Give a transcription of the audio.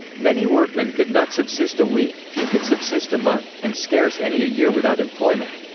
many workmen could not subsist a week, few could subsist a month, and scarce any a year without employment.